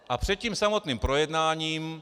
A před samotným projednáním